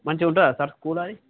మంచిగా ఉంటుందా sir school అది